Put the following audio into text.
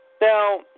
Now